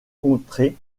contrées